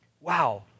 Wow